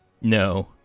no